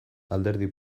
alderdi